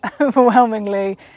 overwhelmingly